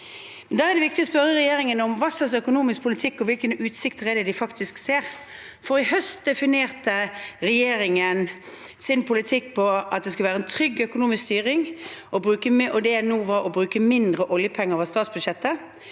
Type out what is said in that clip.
Da er det viktig å spørre regjeringen: Hva slags økonomisk politikk og hvilke utsikter er det de faktisk ser? I høst definerte regjeringen sin politikk med at det skulle være en trygg økonomisk styring, og at det nå var å bruke mindre oljepenger over statsbudsjettet.